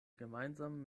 gemeinsam